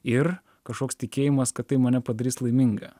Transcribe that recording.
ir kažkoks tikėjimas kad tai mane padarys laimingą